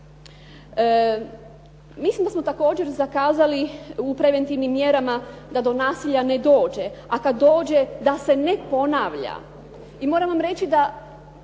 Mi smo također zakazali u preventivnim mjerama da do nasilja ne dođe, a kada dođe da se ne ponavlja. I moram vam reći da